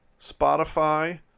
Spotify